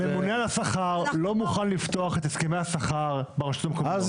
הממונה על השכר לא מוכן לפתוח את הסכמי השכר ברשויות המקומיות.